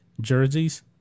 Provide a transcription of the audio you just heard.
jerseys